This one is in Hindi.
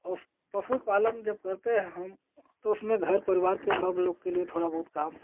उश पशुपालन जब करते हैं हम तो उसमें घर परिवार के सबलोग के लिए थोड़ा बहुत काम